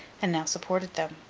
and now supported them.